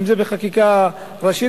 אם בחקיקה ראשית,